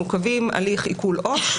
מעוכבים הליך עיקול עו"ש,